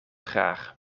graag